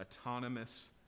autonomous